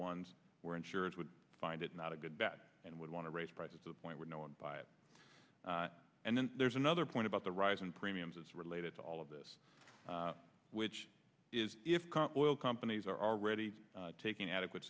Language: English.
ones where insurance would find it not a good bet and would want to raise prices to the point where no one buy it and then there's another point about the rising premiums it's related to all of this which is if boiled companies are already taking adequate